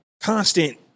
constant